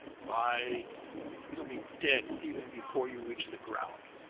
by you'll be dead even before you reach the ground!